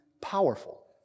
powerful